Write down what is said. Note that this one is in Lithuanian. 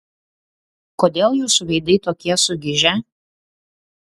kodėl jūsų veidai tokie sugižę